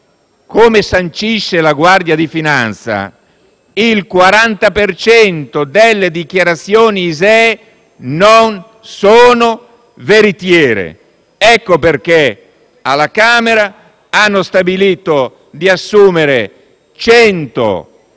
Come sancisce la Guardia di finanza, il 40 per cento delle dichiarazioni ISEE non sono veritiere. Ecco perché alla Camera hanno stabilito di assumere 100